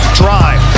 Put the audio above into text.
drive